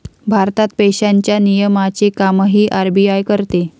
भारतात पैशांच्या नियमनाचे कामही आर.बी.आय करते